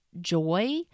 joy